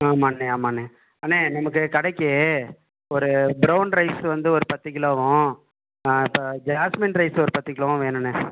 ஆமாம்ண்ணே ஆமாண்ணே அண்ணா நமக்கு கடைக்கு ஒரு ப்ரௌன் ரைஸ் வந்து ஒரு பத்து கிலோவும் இப்போ ஜாஸ்மின் ரைஸ் ஒரு பத்து கிலோவும் வேணும்ண்ணே